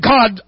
God